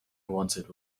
wanted